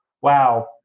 wow